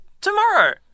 tomorrow